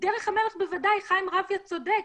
דרך המלך, בוודאי, חיים רביה צודק.